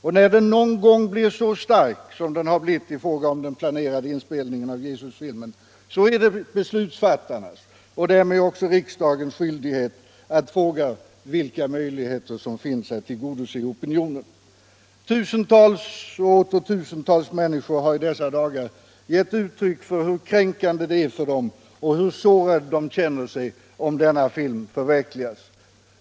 Och när den någon gång blir så stark som av film om Jesu liv den blivit i fråga om den planerade inspelningen av Jesusfilmen är det beslutsfattarnas och därmed riksdagens skyldighet att fråga sig vilka möjligheter som finns att tillgodose opinionen. Tusentals och åter tusentals människor har i dessa dagar givit uttryck för hur kränkande det är för dem och hur sårade de känner sig om denna film förverkligas.